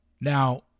Now